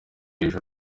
hejuru